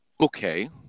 Okay